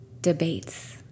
debates